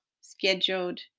scheduled